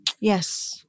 Yes